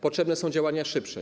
Potrzebne są działania szybsze.